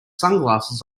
sunglasses